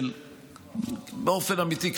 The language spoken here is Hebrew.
באופן אמיתי,